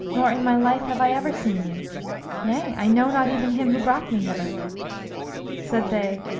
nor in my life have i ever seen you nay, i know not even him who brought me hither said they,